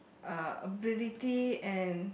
uh ability and